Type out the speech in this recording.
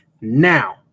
Now